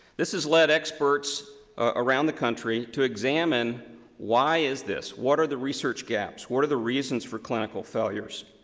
this has led experts around the country to examine why is this? what are the research gaps? what are the reasons for clinical failures?